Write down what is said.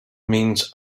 means